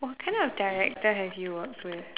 what kind of director have you worked with